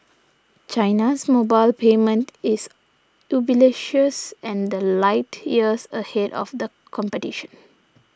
China's mobile payment is ubiquitous and the light years ahead of the competition